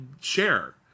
share